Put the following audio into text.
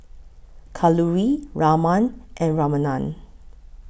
Kalluri Raman and Ramanand